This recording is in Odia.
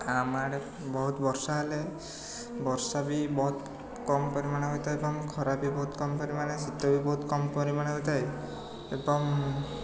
ଆଉ ଆମ ଆଡ଼େ ବହୁତ ବର୍ଷା ହେଲେ ବର୍ଷା ବି ବହୁତ କମ୍ ପରିମାଣରେ ହୋଇଥାଏ ଏବଂ ଖରା ବି ବହୁତ କମ୍ ପରିମାଣରେ ଶୀତ ବି ବହୁତ କମ୍ ପରିମାଣରେ ହୋଇଥାଏ ଏବଂ